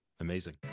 Amazing